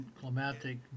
climatic